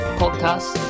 podcast